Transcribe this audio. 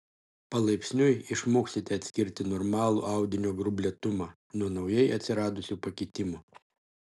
palaipsniui išmoksite atskirti normalų audinio gruoblėtumą nuo naujai atsiradusių pakitimų